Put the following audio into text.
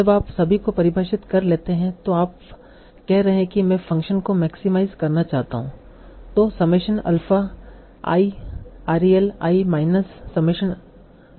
जब आप सभी को परिभाषित कर लेते हैं तो अब आप कह रहे हैं कि मैं फ़ंक्शन को मैक्सीमाईज करना चाहता हूं तों summation alpha i rel i minus summation i